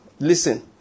Listen